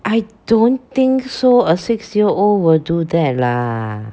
I don't think so a six year old will do that lah